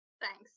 Thanks